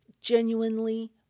genuinely